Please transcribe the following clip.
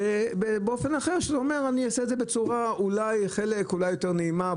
לכן גם את נטולי האוריינות